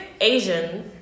Asian